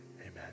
Amen